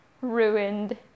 ruined